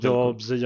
Jobs